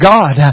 God